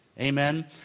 Amen